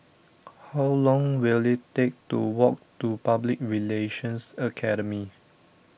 how long will it take to walk to Public Relations Academy